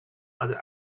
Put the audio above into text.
other